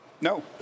No